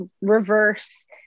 reverse